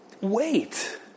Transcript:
wait